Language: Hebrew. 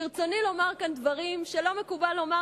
ברצוני לומר כאן דברים שלא מקובל לומר,